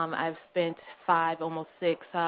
um i've spent five, almost six,